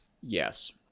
Yes